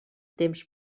temps